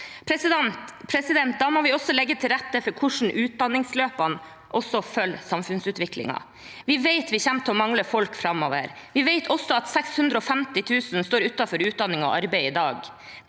oppgavene. Da må vi også legge til rette for hvordan utdanningsløpene følger samfunnsutviklingen. Vi vet vi kommer til å mangle folk framover. Vi vet også at 650 000 står utenfor utdanning og arbeid i dag.